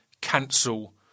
cancel